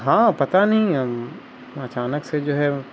ہاں پتہ نہیں اچانک سے جو ہے